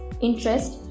interest